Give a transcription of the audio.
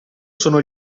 sono